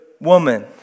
woman